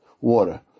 water